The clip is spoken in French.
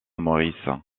maurice